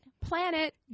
planet